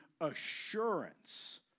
assurance